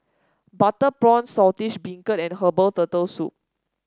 Butter Prawn Saltish Beancurd and Herbal Turtle Soup